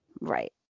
Right